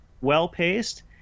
Well-paced